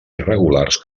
irregulars